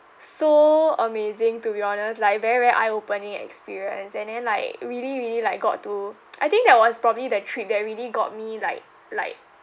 so amazing to be honest like very very eye opening experience and then like really really like got to I think that was probably the trip that really got me like like